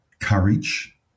courage